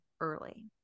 early